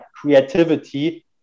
creativity